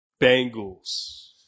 Bengals